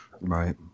Right